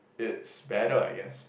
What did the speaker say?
it's better I guess